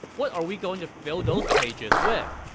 what are we going to fill those pages with!